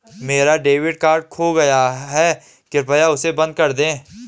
मेरा debit card खो गया है, कृपया उसे बंद कर दें